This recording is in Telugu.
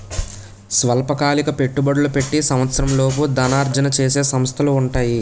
స్వల్పకాలిక పెట్టుబడులు పెట్టి సంవత్సరంలోపు ధనార్జన చేసే సంస్థలు ఉంటాయి